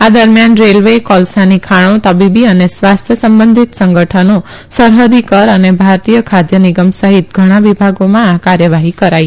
આ દરમિયાન રેલવેકોલસાની ખાણો તબીબી અને સ્વાસ્થ્ય સંબંધિત સંગઠનો સરહદી કર અને ભારતીય ખાદ્ય નિગમ સહિત ઘણા વિભાગોમાં આ કાર્યવાહી કરાઈ